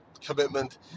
commitment